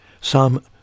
Psalm